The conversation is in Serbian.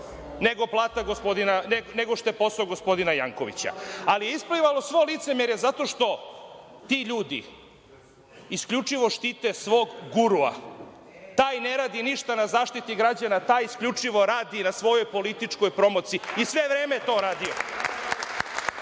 nego što je posao gospodina Jankovića. Ali, isplivalo je svo licemerje, zato što ti ljudi isključivo štite svog gurua. Taj ne radi ništa da zaštiti građana, taj isključivo radi na svojoj političkoj promociji i sve vreme je to radio.